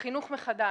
חינוך מחדש.